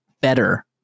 better